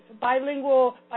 bilingual